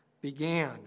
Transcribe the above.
began